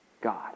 God